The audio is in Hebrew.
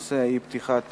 בנושא: אי-פתיחת